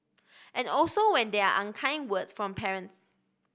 and also when there are unkind words from parents